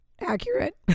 accurate